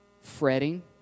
fretting